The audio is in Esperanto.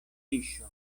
fiŝo